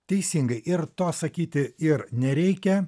teisingai ir to sakyti ir nereikia